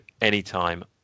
anytime